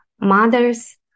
mothers